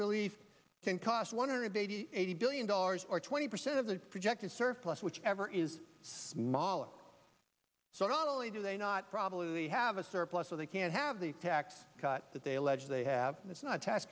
relief can cost one hundred eighty eighty billion dollars or twenty percent of the projected surplus whichever is smaller so not only do they not probably have a surplus so they can have the tax cut that they allege they have that's not a tax